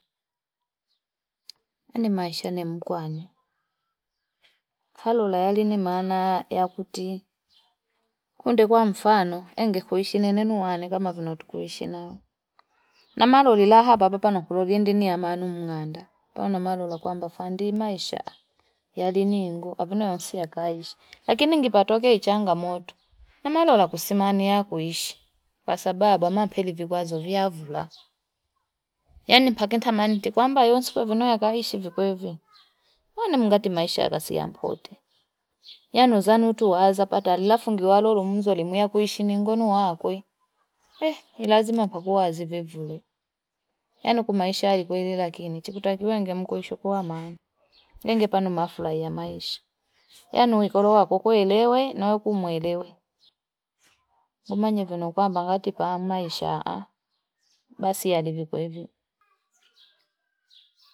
Yani maisha ni mkuwanu, kalola nini maana yakutii kunde kwa mfano engekuishi nene enunua ani kama vitokuishi nao namaloli la hapa papa nakuloliendeni ya manu mng'anda pano malola kwamba fando maisha yaliningu hakuni mosiakaishi laini kipato ki changamoto namalola ne kusimamia kuishi kwa sababu amapele kikwazo vyavula yani mpake tamani nti kwamba yonsi kweno vo kaishi vikoivo nane mngate namaisha yakasoa mpote yan wezanu tu azapatalia lafungulilalolo mzu ya kuishi ngunu wakwe eh ni lazima kwakua zivevule yani kunu maisha weli kwini chini takiwa ngemshukua maana ningepanu nafulai maisha yani we nkono wako kuelewe na kumwelewe umanye kwene kwamba ngatipa maisha basi yalivyokua hivyo.